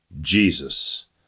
Jesus